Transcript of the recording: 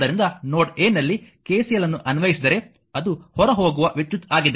ಆದ್ದರಿಂದ node a ನಲ್ಲಿ KCL ಅನ್ನು ಅನ್ವಯಿಸಿದರೆ ಅದು ಹೊರಹೋಗುವ ವಿದ್ಯುತ್ ಆಗಿದೆ